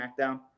SmackDown